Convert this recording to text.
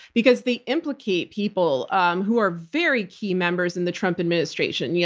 because they implicate people um who are very key members in the trump administration. yeah